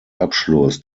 abschluss